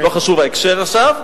לא חשוב מה ההקשר עכשיו.